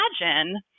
imagine